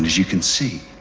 as you can see.